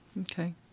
Okay